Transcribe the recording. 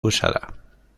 usada